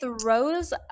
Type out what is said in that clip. throws